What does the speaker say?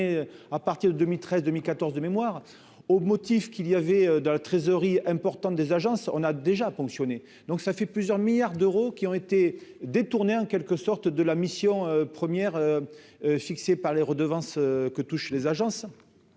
à partir de 2013, 2014, de mémoire, au motif qu'il y avait de la trésorerie importante des agences, on a déjà ponctionné, donc ça fait plusieurs milliards d'euros qui ont été détournées en quelque sorte de la mission première fixé par les redevances que touchent les agences